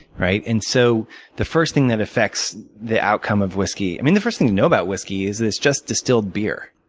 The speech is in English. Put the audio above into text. and so the first thing that affects the outcome of whiskey i mean, the first thing to know about whiskey is that it's just distilled beer.